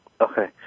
Okay